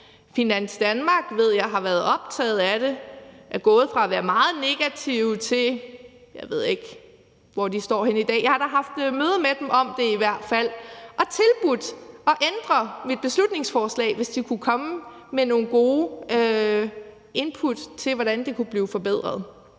Finans Danmark ved jeg har været optaget af det – de er gået fra at være meget negative til ... jeg ikke ved, hvor de står henne i dag. Jeg har da i hvert fald haft møder med dem om det og tilbudt at ændre mit beslutningsforslag, hvis de kunne komme med nogle gode input til, hvordan det kunne blive forbedret,